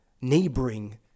neighboring